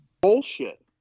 bullshit